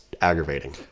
Aggravating